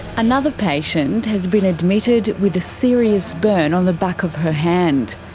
another patient has been admitted with a serious burn on the back of her hand.